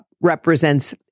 represents